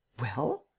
well?